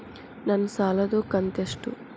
ನನ್ನ ಸಾಲದು ಕಂತ್ಯಷ್ಟು?